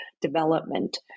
development